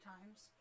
times